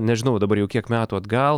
nežinau dabar jau kiek metų atgal